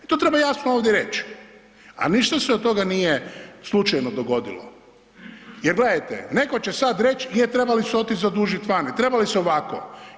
I to treba jasno ovdje reći, a ništa se od toga nije slučajno dogodilo jer gledajte, netko će sad reći, je trebali su otići zadužiti van i treba li se ovako.